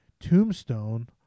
Tombstone